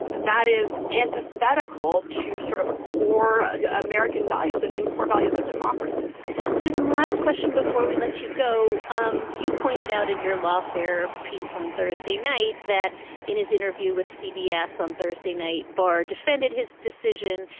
that is antithetical to sort of core american values and and core values of democracy susan, last question before we let you go. um you pointed out in your lawfare piece on thursday night that in his interview with cbs on thursday night, barr defended his decision.